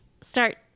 Start